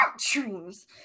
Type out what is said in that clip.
truths